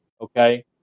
okay